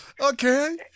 Okay